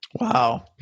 Wow